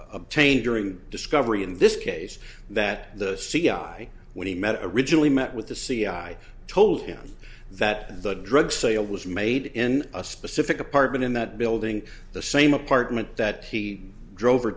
obtained during the discovery in this case that the c i when he met originally met with the c i told him that the drug sale was made in a specific apartment in that building the same apartment that he drove